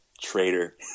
Traitor